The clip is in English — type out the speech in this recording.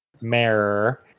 Mayor